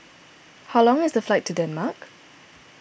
how long is the flight to Denmark